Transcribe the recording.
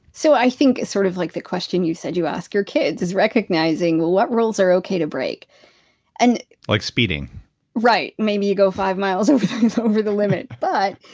so i think it's sort of like the question you said you ask your kids, is recognizing what what rules are okay to break and like speeding right. maybe you go five miles over over the limit. but.